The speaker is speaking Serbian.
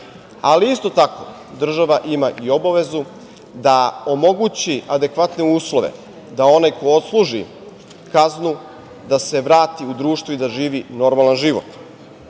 Ali, isto tako, država ima i obavezu da omogući adekvatne uslove da onaj ko odsluži kaznu da se vrati u društvo i da živi normalan život. Jedino